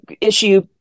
issue